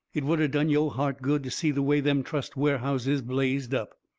it would a done yo' heart good to see the way them trust warehouses blazed up!